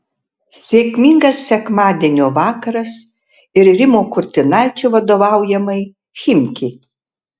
sėkmingas sekmadienio vakaras ir rimo kurtinaičio vadovaujamai chimki